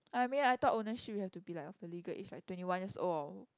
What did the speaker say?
I mean I thought ownership you have to be like really good if you are twenty one years old or